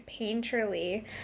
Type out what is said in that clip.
Painterly